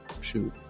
Shoot